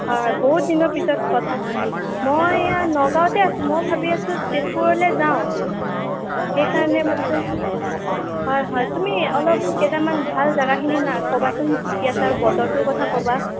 হয় বহুত দিনৰ পিছত কথা মই এয়া নগাঁৱতে আছোঁ মই ভাবি আছোঁ তেজপুৰলে যাওঁ সেইকাৰণে ভাবিছোঁ হয় হয় তুমি অলপ কেইটামান ভাল জাগাখিনিৰ নাম ক'বাচোন কি কি আছে আৰু বতৰটোৰ কথা ক'বা